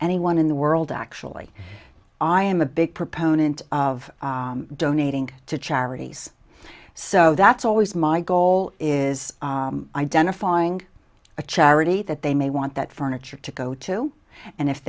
anyone in the world actually i am a big proponent of donating to charities so that's always my goal is identifying a charity that they may want that furniture to go to and if